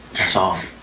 that's all.